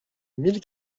mille